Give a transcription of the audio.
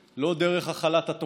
ודרך הכלת השונה.